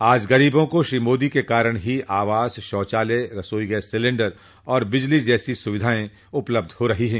आज गरीबों को श्री मोदी के कारण ही आवास शौचालय रसोई गैस सिलेण्डर और बिजली जसी सुविधाएं उपलब्ध हो रही हैं